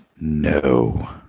No